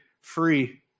free